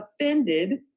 offended